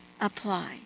apply